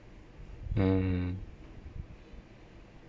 mmhmm